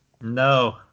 No